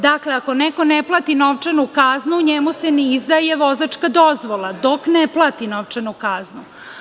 Dakle, ako neko ne plati novčanu kaznu, njemu se ne izdaje vozačka dozvola dok ne plati novčanu kaznu.